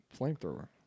flamethrower